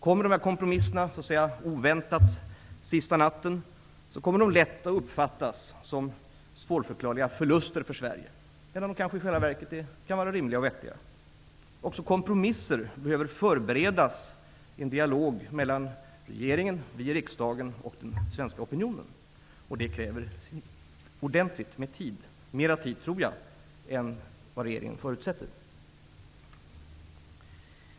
Kommer de kompromisserna ''oväntat'', sista natten, uppfattas de lätt som svårförklarliga förluster för Sverige, även om de i själva verket kan vara rimliga och vettiga. Också kompromisser behöver förberedas i en dialog mellan regeringen via riksdagen och den svenska opinionen. Detta kräver ordentligt med tid -- mera tid, tror jag, än vad regeringen förutsätter.